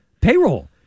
payroll